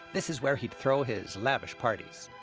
this is where he'd throw his lavish parties.